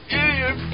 idiot